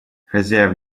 хозяев